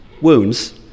wounds